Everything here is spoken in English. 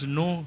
no